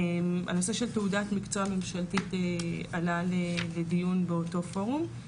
הנושא של תעודת מקצוע ממשלתית עלה לדיון באותו פורום.